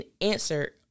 answer